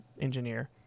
engineer